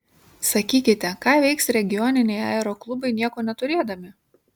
sakykite ką veiks regioniniai aeroklubai nieko neturėdami